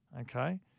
Okay